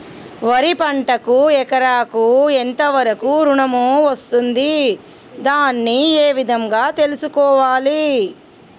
వరి పంటకు ఎకరాకు ఎంత వరకు ఋణం వస్తుంది దాన్ని ఏ విధంగా తెలుసుకోవాలి?